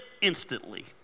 instantly